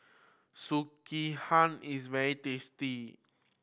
sekihan is very tasty